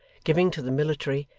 giving to the military,